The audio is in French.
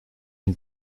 une